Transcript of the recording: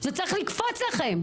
זה צריך לקפוץ לכם,